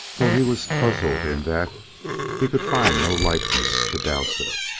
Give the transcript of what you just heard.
though he was puzzled in that he could find no likeness to dowsett.